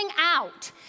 out